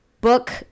Book